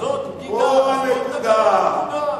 זאת הנקודה.